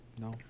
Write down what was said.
no